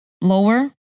lower